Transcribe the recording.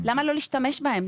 למה לא להשתמש בהם?